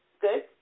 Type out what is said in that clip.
good